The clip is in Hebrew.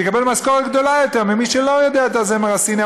הוא יקבל משכורת גדולה יותר ממי שלא יודע את הזמר הסיני,